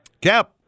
Cap